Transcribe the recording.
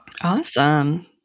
Awesome